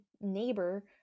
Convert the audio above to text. neighbor